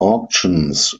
auctions